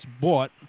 bought